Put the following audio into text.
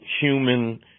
human